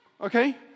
okay